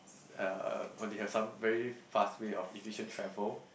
uh or they have some very fast way of efficient travel